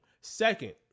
Second